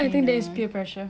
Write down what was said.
I think that is peer pressure